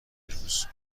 روز